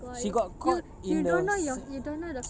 she got caught in the se~